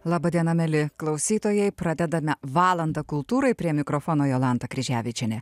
laba diena mieli klausytojai pradedame valandą kultūrai prie mikrofono jolanta kryževičienė